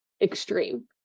extreme